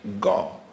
God